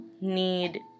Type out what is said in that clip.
need